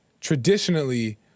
traditionally